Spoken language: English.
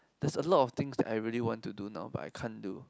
there's a lot of things that I really want to do now but I can't do